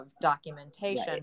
documentation